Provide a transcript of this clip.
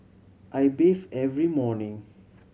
I bathe every morning